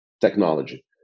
technology